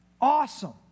awesome